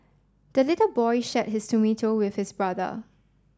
the little boy shared his tomato with his brother